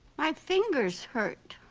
my fingers hurt.